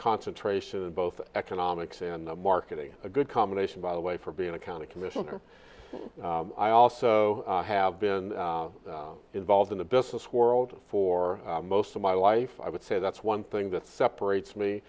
concentration in both economics and marketing a good combination by the way for being a county commissioner i also have been involved in the business world for most of my life i would say that's one thing that separates me